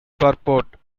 purport